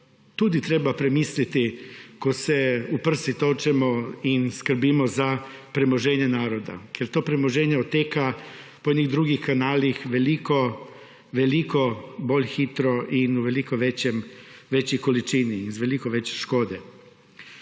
tudi treba premisliti, ko se v prsi tolčemo in skrbimo za premoženje naroda, ker to premoženje odteka po enih drugih kanalih veliko, veliko bolj hitro in v veliko večjem, večji količini in z veliko več škode.